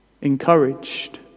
encouraged